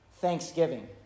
thanksgiving